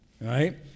right